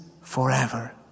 forever